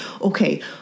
okay